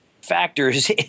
factors